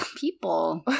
people